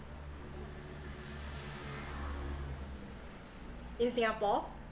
in singapore